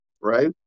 right